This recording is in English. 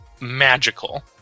magical